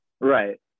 Right